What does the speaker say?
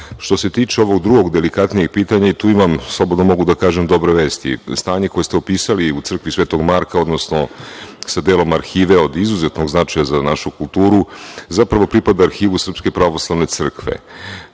da. Što se tiče ovog drugog delikatnijeg pitanja, i tu imam, slobodno mogu da kažem dobre vesti. Stanje koje ste opisali u crkvi Sv. Marka, odnosno sa delom arhive, od izuzetnog značaja je za našu kulturu, zapravo pripada Arhivu SPC.Ovo miinistarstvo